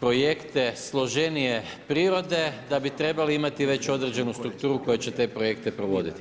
projekte složenije prirode, da bi trebali imati već određenu strukturu koja će te projekte provoditi.